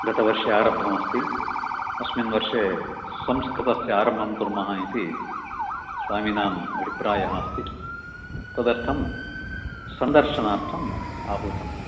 गतवर्षे आरब्धमस्ति अस्मिन् वर्षे संस्कृतस्य आरम्भं कुर्मः इति स्वामीनाम् अभिप्रायः अस्ति तदर्थं सन्दर्शनार्थम् आहूतम्